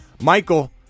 Michael